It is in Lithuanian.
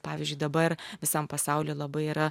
pavyzdžiui dabar visam pasauly labai yra